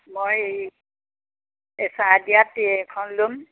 মই এই চাহ দিয়া ট্ৰে এখন ল'ম